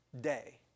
day